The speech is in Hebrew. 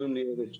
אני ארז שטיבל,